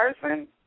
person